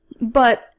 But-